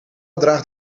draagt